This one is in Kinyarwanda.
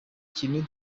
kintu